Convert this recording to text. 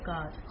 God